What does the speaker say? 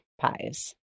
pies